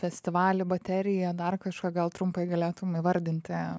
festivalį bateriją dar kažką gal trumpai galėtum įvardinti